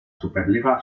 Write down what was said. superliga